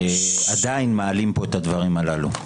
עדיין מעלים פה את הדברים הללו.